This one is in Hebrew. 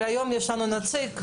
היום יש לנו נציג.